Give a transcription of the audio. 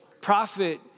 Prophet